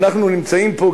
אנחנו נמצאים פה,